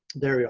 there we are.